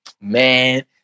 Man